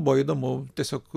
buvo įdomu tiesiog